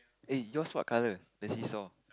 eh yours what colour the seesaw